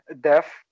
deaf